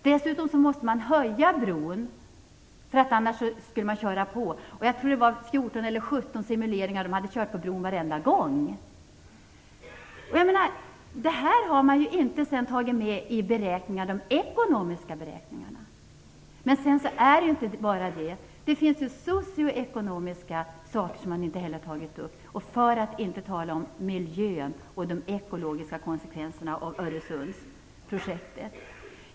Dessutom sades det att man måste höja bron, eftersom den annars skulle bli påkörd; man hade gjort 14 eller 17 simuleringar, och man hade kört på bron varenda gång. Det här menar jag att man inte har tagit med i de ekonomiska beräkningarna. Men det är inte bara det. Det finns socioekonomiska saker som man inte heller har tagit upp, för att inte tala om miljön och de ekologiska konsekvenserna av Öresundsprojektet.